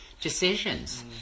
decisions